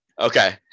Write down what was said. Okay